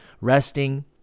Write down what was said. resting